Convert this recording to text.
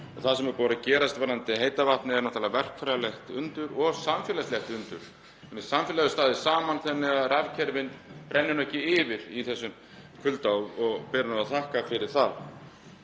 Það sem búið er að gerast varðandi heita vatnið er náttúrlega verkfræðilegt undur og samfélagslegt undur. Samfélagið hefur staðið saman þannig að rafkerfin brenni nú ekki yfir í þessum kulda og ber að þakka fyrir það.